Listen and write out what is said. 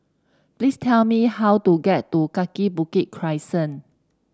please tell me how to get to Kaki Bukit Crescent